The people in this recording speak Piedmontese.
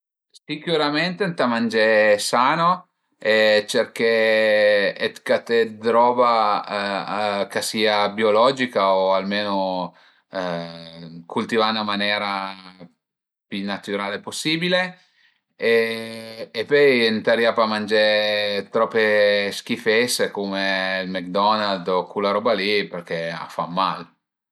Sicürament ëntà mangé sano e cerché dë caté dë roba ch'a sìa biologica o almeno cültivà ën 'na manera pi naturale possibile e pöi ëntarìa pa mangé trope schifese cume McDonald u cula roba li përché a fa mal